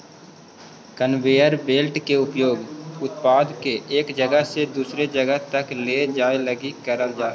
conveyor belt के उपयोग उत्पाद के एक जगह से दूसर जगह तक ले जाए लगी करल जा हई